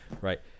right